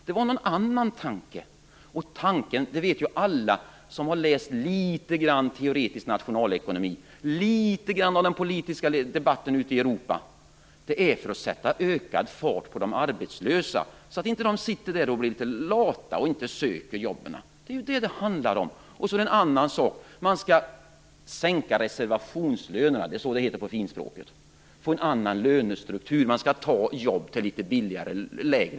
Det var en annan tanke bakom. Alla som har läst litet grand teoretisk nationalekonomi, som har följt litet grand av den politiska debatten ute i Europa vet att det var för att sätta ökad fart på de arbetslösa, så att de inte blir lata och låter bli att söka jobb. Det är det som det handlar om. Så till en annan sak. Man skall sänka reservationslönerna. Så heter det på fint språk. Man skall få en annan lönestruktur. Människor skall ta jobb till litet lägre lön.